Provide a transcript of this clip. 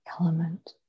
element